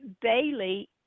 Bailey